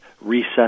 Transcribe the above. reset